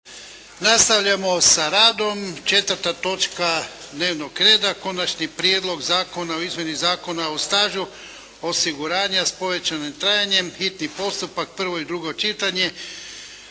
Nastavljamo sa radom. Četvrta točka dnevnog reda - Prijedlog zakona o izmjenama Zakona o stažu osiguranja s povećanim trajanjem, s Konačnim prijedlogom zakona,